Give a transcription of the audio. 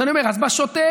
אז אני אומר, בשוטף